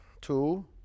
Two